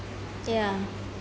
ya